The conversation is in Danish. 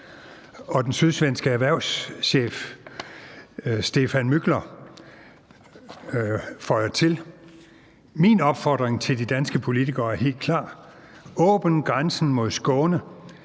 Den sydsvenske erhvervschef Stephan Müchler føjer til: »Min opfordring til de danske politikere er helt klar: Åbn grænsen mod Skåne,